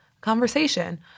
conversation